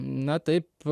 na taip